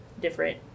different